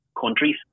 countries